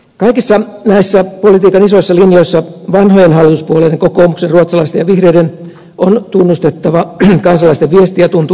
kaikissa näissä politiikan isoissa linjoissa vanhojen hallituspuolueiden kokoomuksen ruotsalaisten ja vihreiden on tunnustettava kansalaisten viesti ja tuntuvan muutoksen tarve